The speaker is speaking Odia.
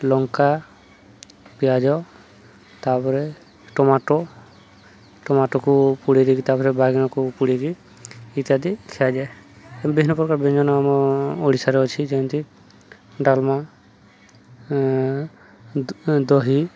ଲଙ୍କା ପିଆଜ ତା'ପରେ ଟମାଟୋ ଟମାଟୋକୁ ପୋଡ଼ି ଦେଇକି ତା'ପରେ ବାଇଗଣକୁ ପୋଡ଼ିକି ଇତ୍ୟାଦି ଖିଆଯାଏ ବିଭିନ୍ନ ପ୍ରକାର ବ୍ୟଞ୍ଜନ ଆମ ଓଡ଼ିଶାରେ ଅଛି ଯେମିତି ଡାଲମା ଦ ଦହି